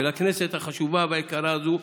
של הכנסת החשובה והיקרה הזאת,